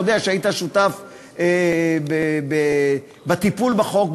שהיית שותף בטיפול בחוק,